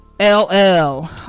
LL